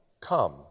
come